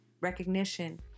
recognition